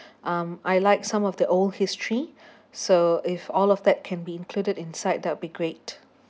um I like some of the old history so if all of that can be included inside that will be great